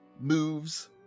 moves